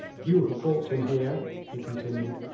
you have brought him here he continued,